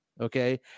okay